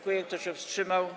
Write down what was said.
Kto się wstrzymał?